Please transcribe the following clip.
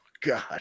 God